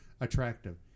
attractive